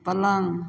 पलङ्ग